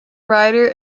writer